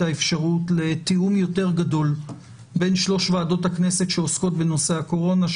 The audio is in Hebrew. האפשרות לתיאום יותר גדול בין שלוש ועדות הכנסת שעוסקות בנושא הקורונה,